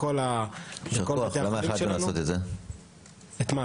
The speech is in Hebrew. בכל בתי החולים שלנו --- ישר כוח.